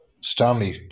Stanley